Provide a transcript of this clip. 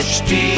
hd